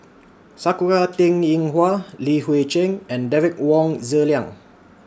Sakura Teng Ying Hua Li Hui Cheng and Derek Wong Zi Liang